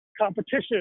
competition